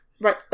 Right